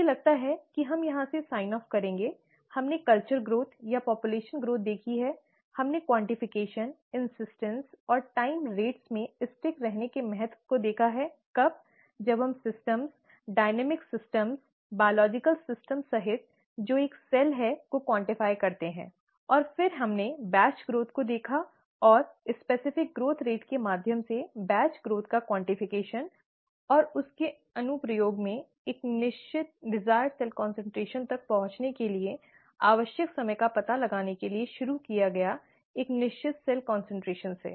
मुझे लगता है कि हम यहां से साइन ऑफ करेंगे हमने कल्चर ग्रोथ या पापुलेशन ग्रोथ देखी है हमने क्वॉन्टिफ़िकेशॅन इन्सिस्टन्स और समय दरों में चिपके रहने के महत्व को देखा हैकबजब हम सिस्टम डाइनैमिक सिस्टम जैविक प्रणाली सहित जो एक कोशिका है को quantify करते हैं और फिर हमने बैच वृद्धि को देखा और विशिष्ट वृद्धि दर के माध्यम से बैच विकास का क्वॉन्टिफ़िकेशॅन और उस के अनुप्रयोग में एक निश्चित वांछित सेल कॉन्सन्ट्रेशन तक पहुंचने के लिए आवश्यक समय का पता लगाने के लिए शुरू किया एक निश्चित सेल कॉन्सन्ट्रेशन से